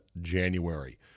January